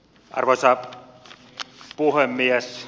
arvoisa puhemies